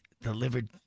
Delivered